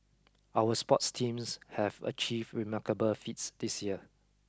our sports teams have achieved remarkable feats this year